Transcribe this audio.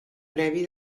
previ